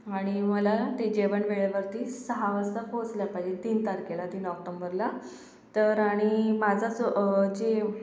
आणि मला ते जेवण वेळेवरती सहा वाजता पोचलं पाहिजे तीन तारखेला तीन ऑक्टोम्बरला तर आणि माझा जो जे